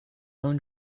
own